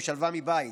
להבטיח שלווה מן הבית,